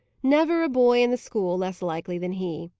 never a boy in the school less likely than he.